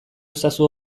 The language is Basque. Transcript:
ezazu